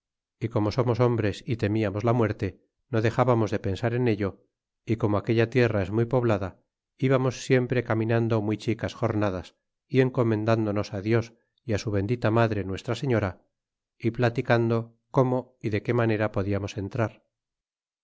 y como somos hombres y temiamos la muerte no dexábamos de pensar en ello y como aquella tierra es muy poblada íbamos siempre caminando muy chicas jornadas y encomendándonos dios y su bendita madre nuestra señora y platicando cómo y de qué manera podiamos entrar